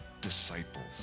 disciples